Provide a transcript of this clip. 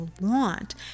want